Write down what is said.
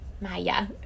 Maya